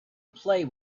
play